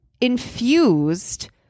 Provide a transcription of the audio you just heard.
infused